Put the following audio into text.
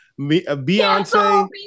Beyonce